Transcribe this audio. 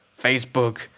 Facebook